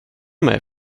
mig